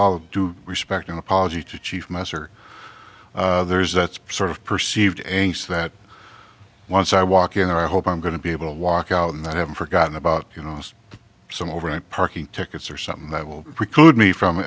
all due respect an apology to chief messer there's that's sort of perceived nks that once i walk in i hope i'm going to be able to walk out and i haven't forgotten about you know some overnight parking tickets or something that will preclude me from